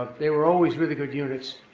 they were always really good units.